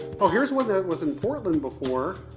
oh, here's one that was in portland before.